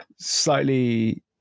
slightly